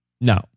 No